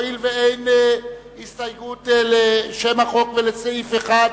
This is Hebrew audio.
הואיל ואין הסתייגות לשם החוק ולסעיף 1,